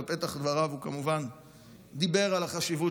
בפתח דבריו הוא כמובן דיבר על החשיבות